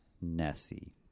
Nessie